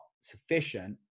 sufficient